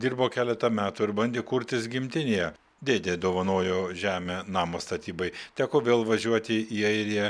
dirbo keletą metų ir bandė kurtis gimtinėje dėdė dovanojo žemę namo statybai teko vėl važiuoti į airiją